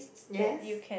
yes